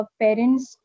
parents